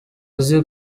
azi